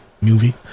movie